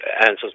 answers